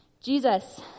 Jesus